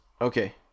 okay